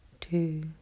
two